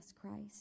Christ